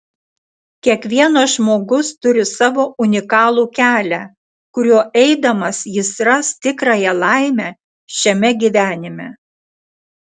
kiekvienas žmogus turi savo unikalų kelią kuriuo eidamas jis ras tikrąją laimę šiame gyvenime